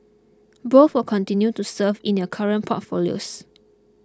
both will continue to serve in their current portfolios